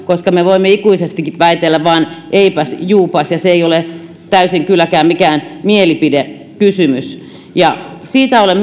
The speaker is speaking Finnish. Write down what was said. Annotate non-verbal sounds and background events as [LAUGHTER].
koska me voimme ikuisestikin väitellä vain eipäs juupas ja se ei ole täysin kylläkään mikään mielipidekysymys siitä olen [UNINTELLIGIBLE]